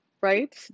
right